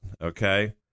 okay